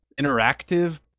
interactive